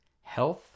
health